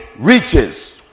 reaches